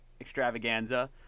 extravaganza